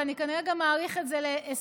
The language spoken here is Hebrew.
ואני כנראה גם אאריך את זה ל-2023,